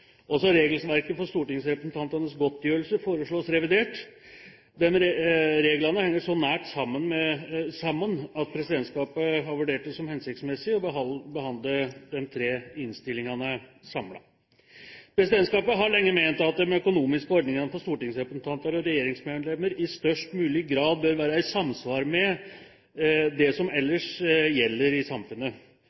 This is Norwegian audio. Også regelverket for stortingsrepresentantenes godtgjørelser foreslås revidert. Disse reglene henger så nært sammen at presidentskapet har vurdert det som hensiktsmessig å behandle de tre innstillingene samlet. Presidentskapet har lenge ment at de økonomiske ordningene for stortingsrepresentanter og regjeringsmedlemmer i størst mulig grad bør være i samsvar med det som ellers gjelder i samfunnet,